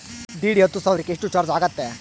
DD ಹತ್ತು ಸಾವಿರಕ್ಕೆ ಎಷ್ಟು ಚಾಜ್೯ ಆಗತ್ತೆ?